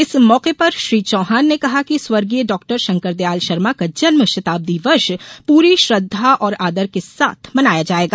इस मौके पर श्री चौहान ने कहा कि स्वर्गीय डाक्टर शंकरदयाल शर्मा का जन्म शताब्दी वर्ष पूरी श्रद्धा और आदर के साथ मनाया जाएगा